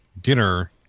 dinner